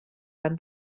van